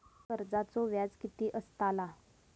कर्जाचो व्याज कीती असताला?